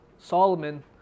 Solomon